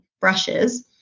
brushes